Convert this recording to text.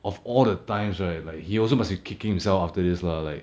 of all the times right like he also must be kicking himself after this lah like